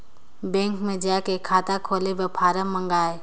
Bank मे जाय के खाता खोले बर फारम मंगाय?